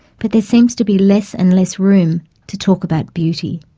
but there seems to be less and less room to talk about beauty.